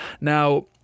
Now